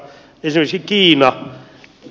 esimerkiksi kiina